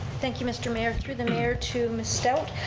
thank you, mr. mayor. through the mayor to ms. stout,